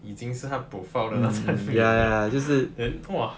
已经是她 profile 的那张脸 liao then !wah!